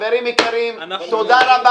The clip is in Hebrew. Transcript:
תודה.